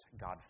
God